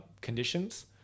conditions